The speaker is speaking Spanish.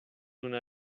una